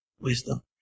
wisdom